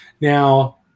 Now